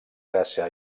grassa